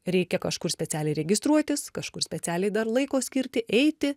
reikia kažkur specialiai registruotis kažkur specialiai dar laiko skirti eiti